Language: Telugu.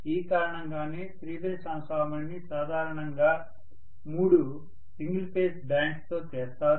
ఈ కారణంగానే త్రీ ఫేజ్ ట్రాన్స్ఫార్మర్స్ ని సాధారణంగా మూడు సింగల్ ఫేజ్ బ్యాంక్స్ తో చేస్తారు